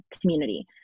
community